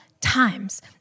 times